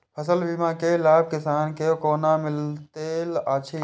फसल बीमा के लाभ किसान के कोना मिलेत अछि?